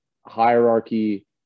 hierarchy